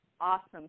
awesome